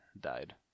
died